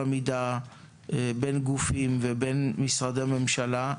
המידה בין גופים ובין משרדי הממשלה,